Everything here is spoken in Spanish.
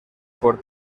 por